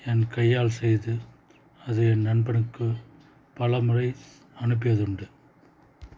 என் கையால் செய்து அது என் நண்பனுக்கு பல முறை அனுப்பியது உண்டு